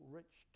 rich